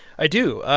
i do.